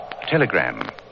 Telegram